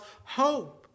hope